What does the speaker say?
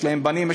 יש להם בנים,